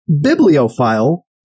Bibliophile